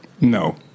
No